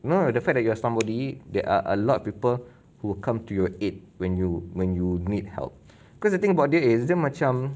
you know the fact that you are somebody there are a lot of people who come to your aid when you when you need help because you think about it is just macam